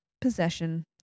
possession